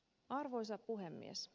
arvoisa puhemies